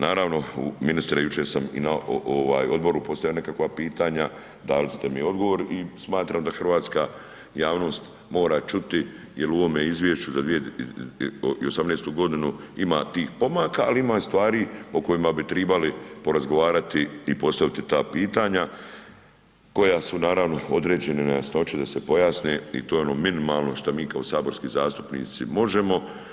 Naravno, ministre jučer sam i na ovaj odboru postavio nekakva pitanja, dali ste mi odgovor i smatram da hrvatska javnost mora čuti jel u ovome izvješću za 2018. godinu ima tih pomaka, ali ima i stvari o kojima bi tribali porazgovarati i postaviti ta pitanja koja su naravno određene nejasnoće da se pojasne i to ono minimalno šta mi kao saborski zastupnici možemo.